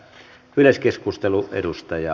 arvoisa puhemies